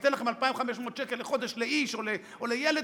ניתן לכם 2,500 שקל לחודש לאיש או לילד,